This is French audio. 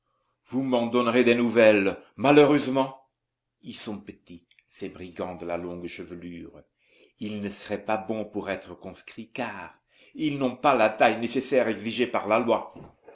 vous m'en donnerez des nouvelles malheureusement ils sont petits ces brigands de la longue chevelure ils ne seraient pas bons pour être conscrits car ils n'ont pas la taille nécessaire exigée par la loi